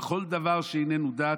בכל דבר שאיננו דת,